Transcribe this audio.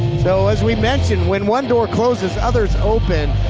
so, as we mentioned, when one door closes, others open.